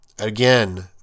Again